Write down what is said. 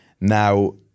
Now